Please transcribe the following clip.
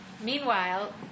Meanwhile